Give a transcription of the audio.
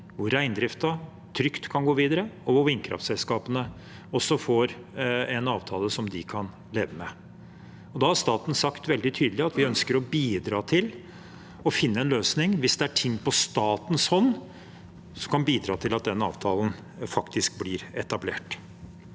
hvor reindriften trygt kan gå videre, og hvor vindkraftselskapene også får en avtale som de kan leve med. Da har staten sagt veldig tydelig at vi ønsker å bidra til å finne en løsning, hvis det er ting på statens hånd som kan bidra til at den avtalen faktisk blir etablert.